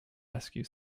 rescue